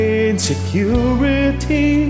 insecurity